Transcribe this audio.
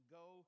go